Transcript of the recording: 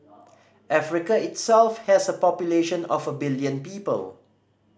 Africa itself has a population of a billion people